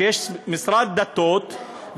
שיש משרד דתות,